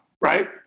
right